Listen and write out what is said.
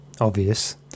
obvious